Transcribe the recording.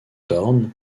thorne